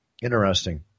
Interesting